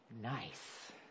nice